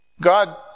God